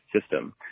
system